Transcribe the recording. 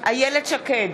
איילת שקד,